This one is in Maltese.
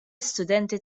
istudenti